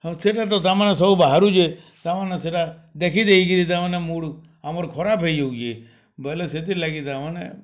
ହଁ ସୋଟା ତ ତାମାନେ ସବୁ ବାହାରୁଛେ ତାମାନେ ସେଟା ଦେଖି ଦେଇକିରି ତାମାନେ ମୁଡ଼୍ ଆମର୍ ଖରାପ୍ ହେଇଯାଉଛେ ବଏଲେ ସେଥିଲାଗି ତାମାନେ